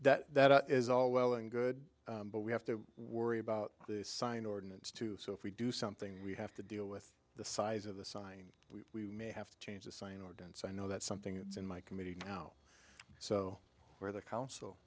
that that is all well and good but we have to worry about the sign ordinance too so if we do something we have to deal with the size of the sign we may have to change the sign ordinance i know that's something that's in my committee now so where the council